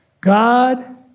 God